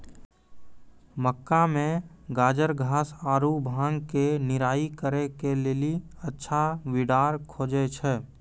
मक्का मे गाजरघास आरु भांग के निराई करे के लेली अच्छा वीडर खोजे छैय?